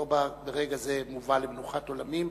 לובה ברגע זה מובא למנוחת עולמים.